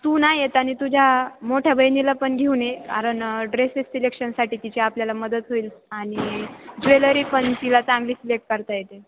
तू ना येताना तुझ्या मोठ्या बहिणीला पण घेऊन ये कारण ड्रेसेस सिलेक्शनसाठी तिची आपल्याला मदत होईल आणि ज्वेलरी पण तिला चांगली सिलेक्ट करता येते